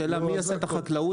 השאלה מי עושה את החקלאות.